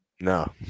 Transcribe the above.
No